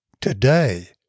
Today